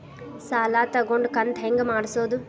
ಸಾಲ ತಗೊಂಡು ಕಂತ ಹೆಂಗ್ ಮಾಡ್ಸೋದು?